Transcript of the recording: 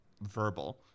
verbal